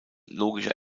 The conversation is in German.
logischer